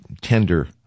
tender